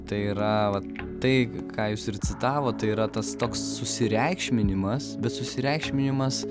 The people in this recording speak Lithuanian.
tai yra vat tai ką jūs ir citavot tai yra tas toks susireikšminimas bet susireikšminimas